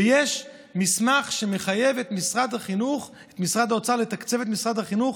ויש מסמך שמחייב את משרד האוצר לתקצב את משרד החינוך,